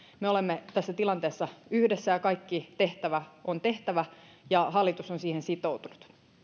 me olemme tässä tilanteessa yhdessä ja kaikki tehtävä on tehtävä ja hallitus on siihen sitoutunut